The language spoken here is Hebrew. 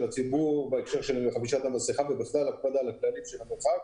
הציבור בהקשר של חבישת המסיכה וההקפדה על הריחוק.